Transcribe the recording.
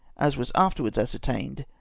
as was afterwards ascertained,